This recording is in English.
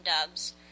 dubs